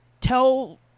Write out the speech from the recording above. tell